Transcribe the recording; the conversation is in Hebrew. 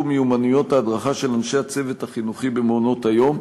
מיומנויות ההדרכה של אנשי הצוות החינוכי במעונות-היום,